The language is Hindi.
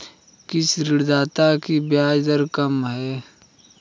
किस ऋणदाता की ब्याज दर कम है?